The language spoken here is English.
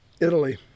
Italy